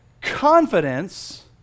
confidence